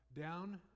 down